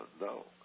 No